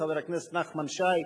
חבר הכנסת נחמן שי,